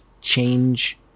change